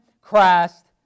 Christ